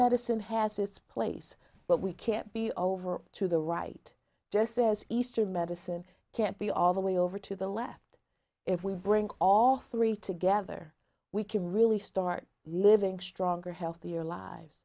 medicine has its place but we can't be over to the right just says eastern medicine can't be all the way over to the left if we bring all three together we can really start living stronger healthier lives